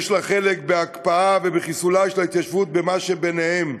יש לה חלק בהקפאתה ובחיסולה של ההתיישבות במה שביניהם.